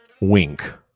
Wink